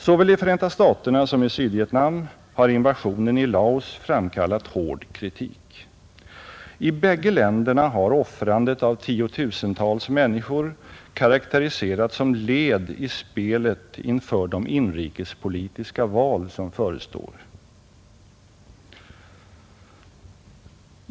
Såväl i Förenta staterna som i Sydvietnam har invasionen i Laos framkallat hård kritik. I bägge länderna har offrandet av tiotusentals människor karakteriserats som ett led i spelet inför de inrikespolitiska val som förestår.